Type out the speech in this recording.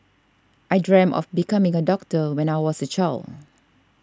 I dreamt of becoming a doctor when I was a child